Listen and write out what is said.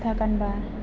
kurta गानबा